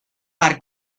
par